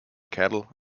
cattle